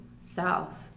South